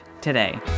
today